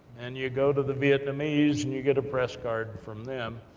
and you go to the vietnamese, and you get a press card from them,